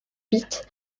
pitt